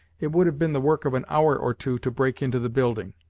it would have been the work of an hour or two to break into the building,